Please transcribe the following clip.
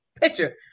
picture